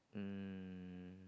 um